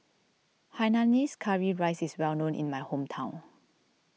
Hainanese Curry Rice is well known in my hometown